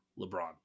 LeBron